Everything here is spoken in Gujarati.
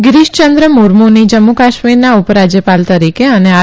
ગીરીશ ચંદ્ર મુર્મુની જમ્મુ કાશ્મીરના ઉપરાજ્યપાલ તરીકે અને આર